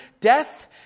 death